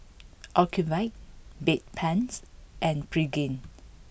Ocuvite Bedpans and Pregain